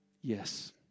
yes